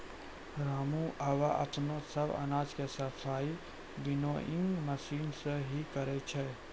रामू आबॅ अपनो सब अनाज के सफाई विनोइंग मशीन सॅ हीं करै छै